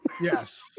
yes